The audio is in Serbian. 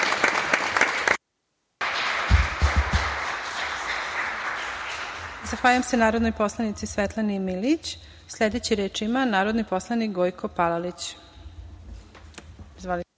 Zahvaljujem se narodnoj poslanici Svetlani Milijić. Sledeći reč ima narodni poslanik Gojko Palalić.